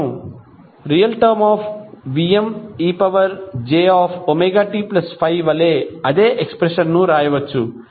మనము ReVmejωt∅ వలె అదే ఎక్స్ప్రెషన్ ను వ్రాయవచ్చు